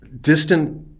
distant